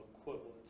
equivalent